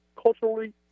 culturally